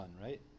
right